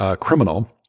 criminal